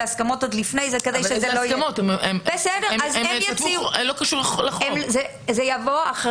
זה יבוא אחרי שגם אתן עברתן על זה,